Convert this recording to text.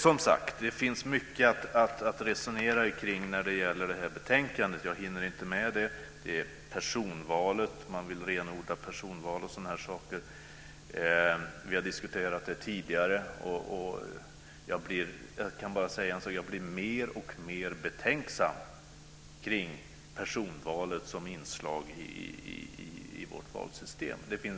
Som sagt, det finns mycket att resonera omkring i det här betänkandet, men jag hinner inte med allt. Det är personvalet - man vill renodla personvalet. Vi har diskuterat det tidigare. Jag kan bara säga att jag blir mer och mer betänksam i fråga om personvalet som inslag i vårt valsystem.